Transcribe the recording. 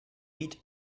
beat